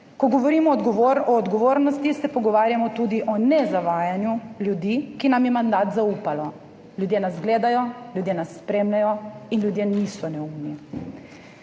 Ko govorimo o odgovornosti, se pogovarjamo tudi o ne-zavajanju ljudi, ki so nam mandat zaupali. Ljudje nas gledajo, ljudje nas spremljajo in ljudje niso neumni.